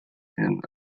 and